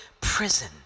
prison